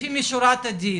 לפנים משורת הדין